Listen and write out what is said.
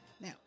Now